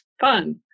fun